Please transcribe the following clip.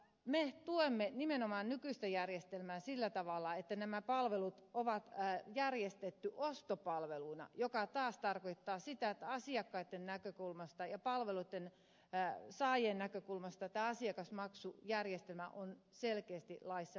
me tuemme nimenomaan nykyistä järjestelmää sillä tavalla että nämä palvelut on järjestetty ostopalveluina mikä taas tarkoittaa sitä että asiakkaitten näkökulmasta ja palveluitten saajien näkökulmasta tämä asiakasmaksujärjestelmä on selkeästi laissa määritelty